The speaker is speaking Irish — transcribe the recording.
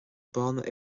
bána